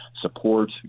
support